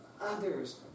others